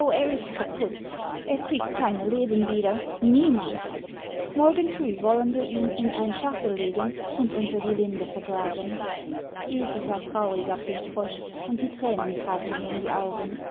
kaput er kriegt keine leben wieder niemals morgen früh wollen wir ihn in ein schachtel legen und unter die linde vergraben ilse sah traurig auf den frosch und die thränen traten ihr in die augen